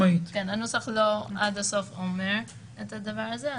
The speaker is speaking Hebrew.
הנוסח לא אומר עד הסוף את הדבר הזה.